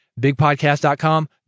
Bigpodcast.com